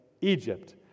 Egypt